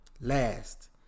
Last